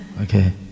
Okay